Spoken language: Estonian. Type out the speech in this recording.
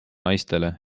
naistele